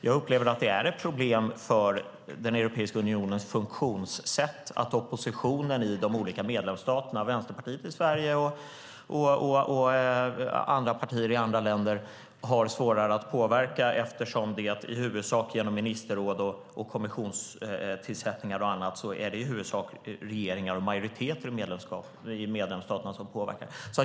Jag upplever att det är ett problem för Europeiska unionens funktionssätt att oppositionen i de olika medlemsstaterna - Vänsterpartiet i Sverige och andra partier i andra länder - har svårare att påverka eftersom det i ministerråd, kommissionstillsättningar och annat i huvudsak är regeringar och majoriteter i medlemsstaterna som påverkar.